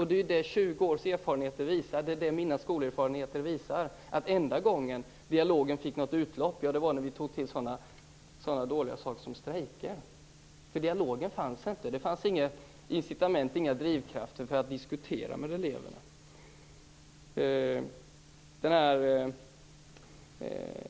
Det är ju det som 20 års erfarenheter visar, och det är det som mina skolerfarenheter visar, att den enda gången som dialogen fick något utlopp var när vi tog till sådana dåliga saker som strejker. Dialogen fanns inte. Det fanns inga incitament och inga drivkrafter för att diskutera med eleverna.